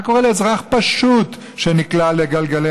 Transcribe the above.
מה קורה לאזרח פשוט שנקלע לגלגלי